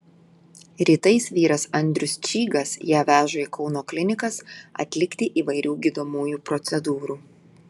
rytais vyras andrius čygas ją veža į kauno klinikas atlikti įvairių gydomųjų procedūrų